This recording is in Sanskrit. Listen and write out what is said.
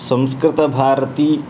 संस्कृतभारती